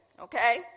okay